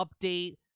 update